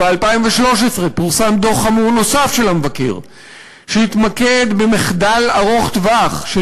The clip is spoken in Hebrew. ב-2013 פורסם דוח חמור נוסף של המבקר שהתמקד במחדל ארוך טווח של